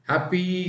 Happy